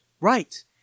Right